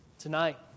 Tonight